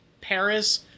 Paris